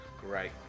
Great